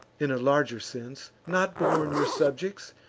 in a larger sense, not born your subjects,